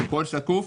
הכול שקוף,